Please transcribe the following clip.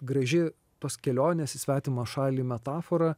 graži tos kelionės į svetimą šalį metafora